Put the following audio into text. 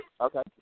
Okay